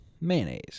mayonnaise